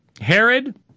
Herod